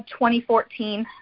2014